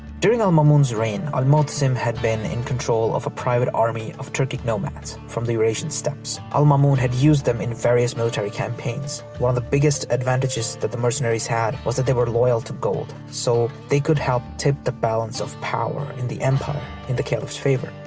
during al-mamun's reign, al-mu'tasim had been in control of a private army of turkic nomads from the eurasian steppes. al-mamun had used them in various military campaigns. one of the biggest advantages that the mercenaries had was that they were loyal to gold so, they could tip the balance of power in the empire in the caliph's favor.